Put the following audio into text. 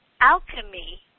alchemy